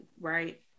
right